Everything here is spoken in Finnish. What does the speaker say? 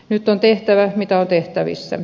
nyt on tehtävä mitä on tehtävissä